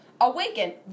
awaken